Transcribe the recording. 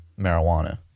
marijuana